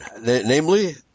namely